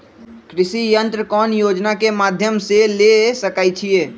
कृषि यंत्र कौन योजना के माध्यम से ले सकैछिए?